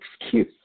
excuse